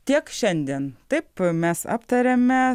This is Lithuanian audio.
tiek šiandien taip mes aptariame